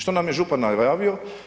Što nam je župan najavio?